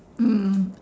mm